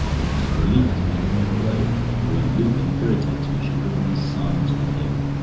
it was a relief to be with her alone for when lupin irritates me, she always sides with him.